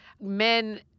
men